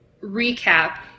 recap